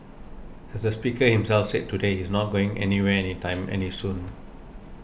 as the speaker himself said today he's not going anywhere any time any soon